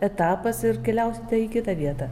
etapas ir keliausite į kitą vietą